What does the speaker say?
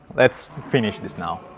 let's finish this now.